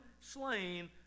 slain